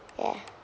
ya